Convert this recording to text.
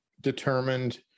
determined